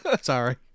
Sorry